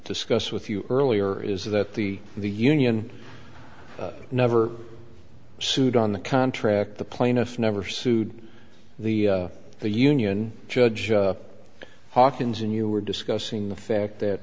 discuss with you earlier is that the the union never sued on the contract the plaintiff never sued the the union judge hawkins and you were discussing the fact that